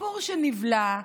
סיפור שנבלע,